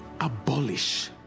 abolish